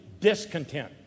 discontent